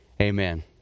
Amen